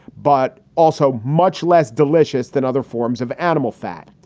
but also much less delicious than other forms of animal fat.